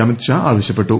Amit ഷാർആവശ്യപ്പെട്ടു